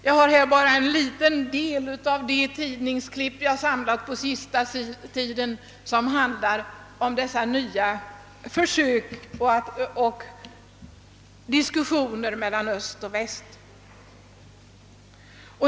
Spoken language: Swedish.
Jag har här bara en liten del av de tidningsklipp jag samlat på sista tiden, vilka alla handlar om de nya försök till närmanden som göres och de diskussioner som föres mellan öst och väst.